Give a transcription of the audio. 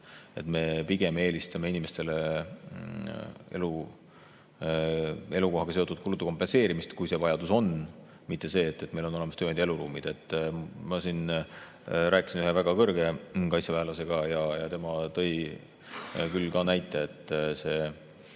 et me pigem eelistame inimestele elukohaga seotud kulude kompenseerimist, kui see vajadus on, mitte nii, et meil oleks olemas tööandja eluruumid. Ma rääkisin ühe väga kõrge kaitseväelasega. Tema tõi näite, et see